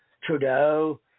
Trudeau